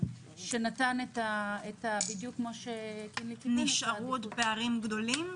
נשארו עוד פערים גדולים?